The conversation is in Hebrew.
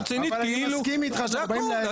אני מסכים איתך שאנחנו באים להגן --- נכון,